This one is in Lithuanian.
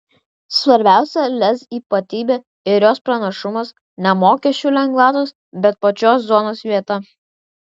svarbiausia lez ypatybė ir jos pranašumas ne mokesčių lengvatos bet pačios zonos vieta